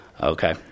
Okay